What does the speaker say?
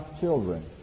children